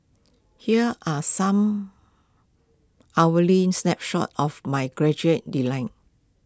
here are some hourly snapshots of my graduate deny